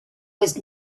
was